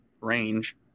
range